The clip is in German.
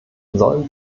soll